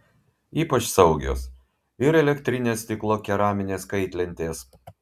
ypač saugios ir elektrinės stiklo keraminės kaitlentės